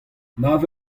nav